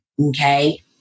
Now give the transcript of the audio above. okay